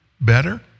better